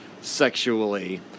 sexually